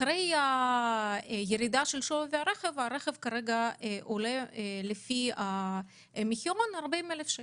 אחרי הירידה של שווי הרכב הוא עולה כרגע לפי המחירון כ-40,000 שקל.